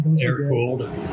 air-cooled